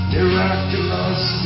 Miraculous